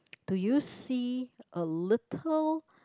do you see a little